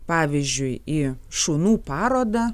pavyzdžiui į šunų parodą